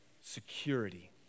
security